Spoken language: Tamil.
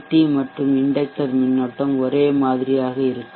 டி மற்றும் இண்டெக்டர் மின்னோட்டம் ஒரே மாதிரியாக இருக்கும்